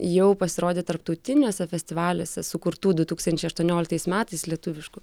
jau pasirodė tarptautiniuose festivaliuose sukurtų du tūkstančiai aštuonioliktais metais lietuviškų